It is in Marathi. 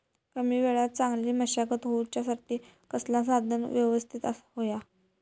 कमी वेळात चांगली मशागत होऊच्यासाठी कसला साधन यवस्तित होया?